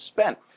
spent